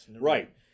Right